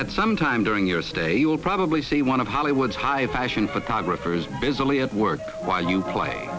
at some time during your stay you will probably see one of hollywood's high fashion photographers busily at work while you play